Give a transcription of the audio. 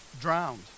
drowned